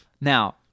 Now